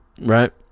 Right